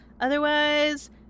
Otherwise